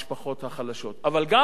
אבל גם השלטון המקומי,